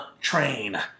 train